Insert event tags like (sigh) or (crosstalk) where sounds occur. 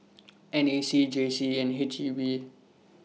(noise) N A C J C and H E B